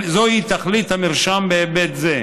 "זוהי תכלית המרשם בהיבט זה,